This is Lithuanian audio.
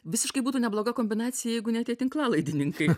visiškai būtų nebloga kombinacija jeigu ne tie tinklalaidininkai